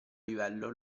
livello